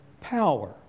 power